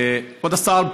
כבוד השר,